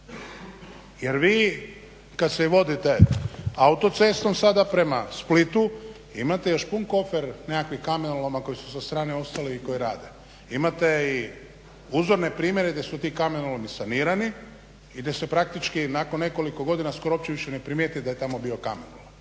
Jer vi kad se vozite autocestom sada prema Splitu imate još pun kufer nekakvih kamenoloma koji su sa strane ostali i koji rade. Imate i uzorne primjere gdje su ti kamenolomi sanirani i gdje se praktički nakon nekoliko godina skoro uopće više ne primijeti da je tamo bio kamenolom.